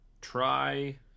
Try